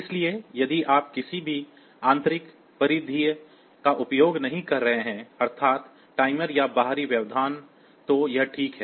इसलिए यदि आप किसी भी आंतरिक परिधीय का उपयोग नहीं कर रहे हैं अर्थात् टाइमर या बाहरी व्यवधान तो यह ठीक है